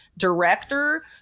director